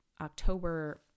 October